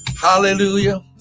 Hallelujah